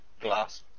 glass